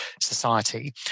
society